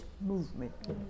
movement